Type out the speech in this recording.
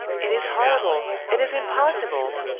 it is horrible! it is impossible!